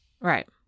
Right